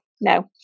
no